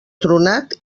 tronat